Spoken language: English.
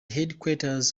headquarters